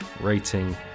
rating